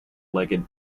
legged